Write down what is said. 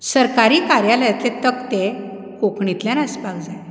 सरकारी कार्यांलयांतले तक्ते कोंकणींतल्यान आसपाक जाय